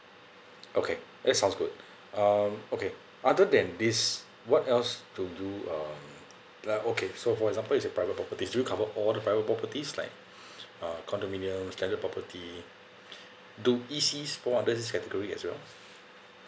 okay that sounds good um okay other than this what else to do um then okay so for example it's a private property do you cover all the private properties like uh condominiums landed property do E_Cs fall under this category as well